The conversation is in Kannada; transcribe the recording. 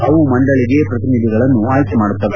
ಅವು ಮಂಡಳಿಗೆ ಪ್ರತಿನಿಧಿಗಳನ್ನು ಆಯ್ಲೆ ಮಾಡುತ್ತವೆ